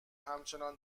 همچنان